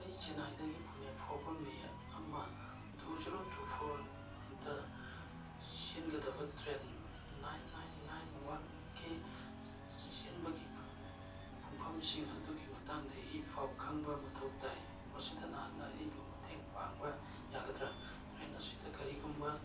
ꯑꯩ ꯆꯦꯅꯥꯏꯗꯒꯤ ꯄꯨꯅꯦꯐꯥꯎꯕ ꯃꯦ ꯑꯃ ꯇꯨ ꯖꯦꯔꯣ ꯇꯨ ꯐꯣꯔꯗ ꯆꯦꯟꯒꯗꯕ ꯇ꯭ꯔꯦꯟ ꯅꯥꯏꯟ ꯅꯥꯏꯟ ꯅꯥꯏꯟ ꯋꯥꯟꯒꯤ ꯆꯦꯟꯕꯒꯤ ꯄꯨꯡꯐꯝꯁꯤꯡ ꯑꯗꯨꯒꯤ ꯃꯇꯥꯡꯗ ꯏ ꯄꯥꯎ ꯈꯪꯕ ꯃꯊꯧ ꯇꯥꯏ ꯃꯁꯤꯗ ꯅꯍꯥꯛꯅ ꯑꯩꯕꯨ ꯃꯇꯦꯡ ꯄꯥꯡꯕ ꯌꯥꯒꯗ꯭ꯔ ꯇ꯭ꯔꯦꯟ ꯑꯁꯤꯗ ꯀꯔꯤꯒꯨꯝꯕ